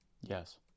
Yes